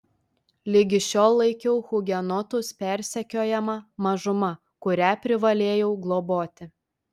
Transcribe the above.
ligi šiol laikiau hugenotus persekiojama mažuma kurią privalėjau globoti